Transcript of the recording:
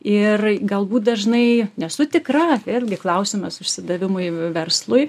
ir galbūt dažnai nesu tikra irgi klausimas užsidavimui verslui